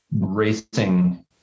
racing